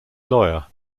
lawyer